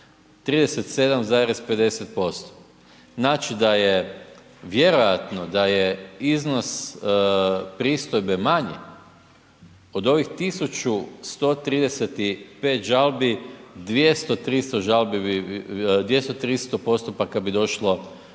37,50%. Znači da je vjerojatno da je iznos pristojbe manji od ovih 1135 žalbi 200, 300 postupaka bi došlo